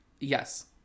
Yes